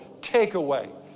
Takeaway